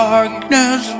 Darkness